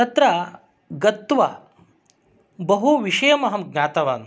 तत्र गत्वा बहुविषयम् अहं ज्ञातवान्